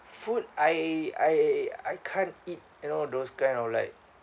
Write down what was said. food I I I can't eat you know those kind of like